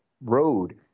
road